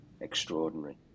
extraordinary